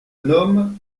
nomme